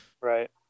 Right